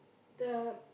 the